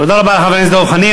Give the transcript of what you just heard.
תודה רבה לחבר הכנסת דב חנין.